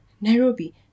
Nairobi